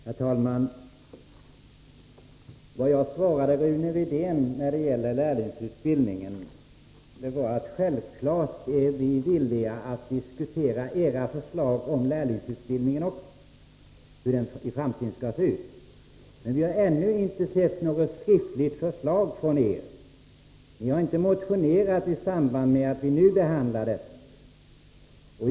Herr talman! Det svar jag gav Rune Rydén när det gällde lärlingsutbildningen var att vi självklart är villiga att diskutera era förslag om hur lärlingsutbildningen skall se ut i framtiden. Vi har ännu inte sett något skriftligt förslag från er. Ni har inte motionerat i samband med att vi nu behandlar frågan.